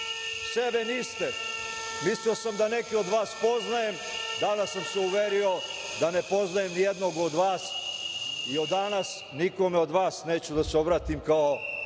sebe niste. Mislio sam da neke od vas poznajem, danas sam se uverio da ne poznajem ni jednog od vas i od danas nikome od vas neću da se obratim sa